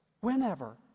whenever